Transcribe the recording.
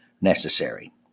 necessary